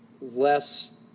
Less